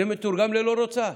זה מתורגם ל"לא רוצָה".